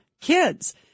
kids